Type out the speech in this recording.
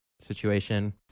situation